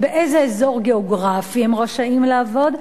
באיזה אזור גיאוגרפי הם רשאים לעבוד,